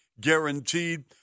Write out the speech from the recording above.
guaranteed